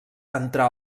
entrà